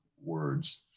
words